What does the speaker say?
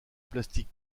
plastique